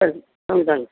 சரி ரொம்ப தேங்க்ஸ்